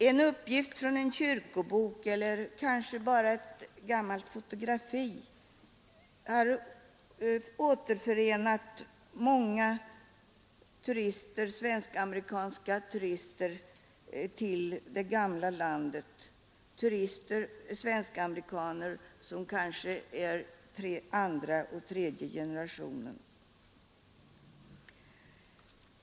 En uppgift från en kyrkobok eller kanske bara ett gammalt fotografi har återförenat många svensk-amerikanska turister med anförvanter i det gamla landet — svensk-amerikaner i andra eller tredje generationen kanske.